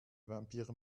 vampire